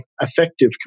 effective